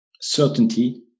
certainty